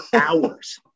hours